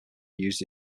used